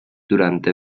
durante